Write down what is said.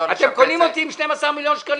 אתם קונים אותי עם 12 מיליון שקלים?